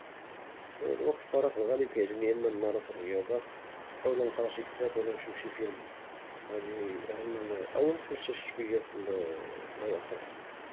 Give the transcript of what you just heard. في وقت الفراغ في الغالب كيعجبني نمارس لرياضة أو نقرا شي كتاب أو نشةف شي فيلم، وهادي أهم ما - أو نتمشى شوية في الهواء الطلق